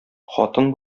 хатын